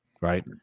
right